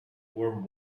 warm